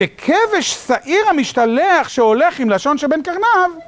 ככבש שעיר המשתלח שהולך עם לשון שבין קרניו.